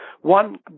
One